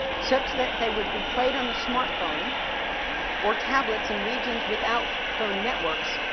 such that they would be played on a smartphone or tablets in regions without phone networks,